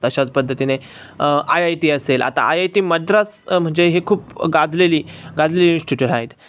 तशाच पद्धतीने I I T असेल आता आय आय टी मद्रास म्हणजे ही खूप गाजलेली गाजलेली इन्स्टिट्यूटा आहेत